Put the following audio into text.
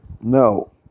No